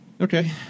Okay